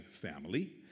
family